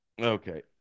Okay